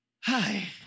Hi